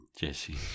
Jesse